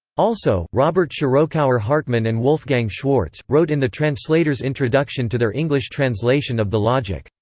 also, robert schirokauer hartman and wolfgang schwarz, wrote in the translators' introduction to their english translation of the logik,